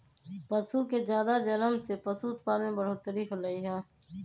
पशु के जादा जनम से पशु उत्पाद में बढ़ोतरी होलई ह